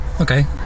Okay